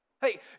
Hey